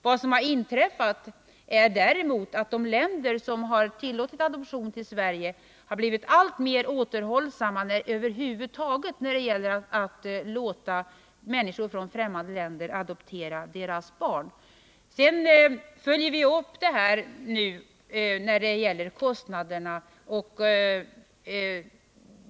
Vad som har inträffat är däremot att de länder som tillåtit adoption till Sverige har blivit alltmer återhållsamma över huvud taget när det gäller att låta människor från främmande länder adoptera deras barn. Vi följer också upp kostnadsaspekten i denna fråga.